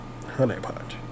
Honeypot